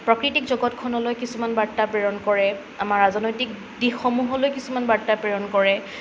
প্ৰকৃতিক জগতখনলৈ কিছুমান বাৰ্তা প্ৰেৰণ কৰে আমাৰ ৰাজনৈতিক দিশসমূহলৈ কিছুমান বাৰ্তা প্ৰেৰণ কৰে